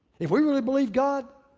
if we really believe god,